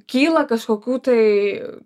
kyla kažkokių tai